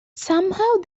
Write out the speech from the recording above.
somehow